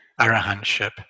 arahantship